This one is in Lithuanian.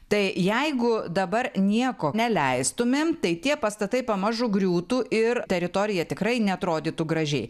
tai jeigu dabar nieko neleistumėm tai tie pastatai pamažu griūtų ir teritorija tikrai neatrodytų gražiai